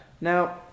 Now